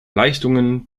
leistungen